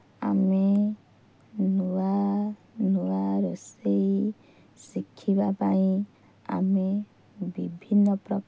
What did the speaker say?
ଆମେ ନୂଆ ନୂଆ ରୋଷେଇ ଶିଖିବା ପାଇଁ ଆମେ ବିଭିନ୍ନ ପ୍ରକାର